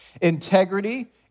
Integrity